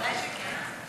ודאי שכן.